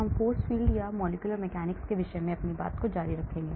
हम force fields या molecular mechanics के विषय पर जारी रहेंगे